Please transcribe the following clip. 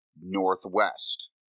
northwest